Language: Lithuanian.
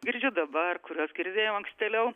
girdžiu dabar kuriuos girdėjau ankstėliau